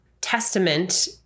testament